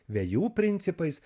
vejų principais